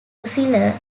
fusilier